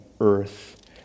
earth